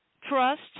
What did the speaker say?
trust